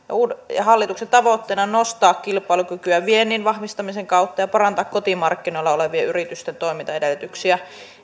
hallituksen tavoitteena on nostaa kilpailukykyä viennin vahvistamisen kautta ja parantaa kotimarkkinoilla olevien yritysten toimintaedellytyksiä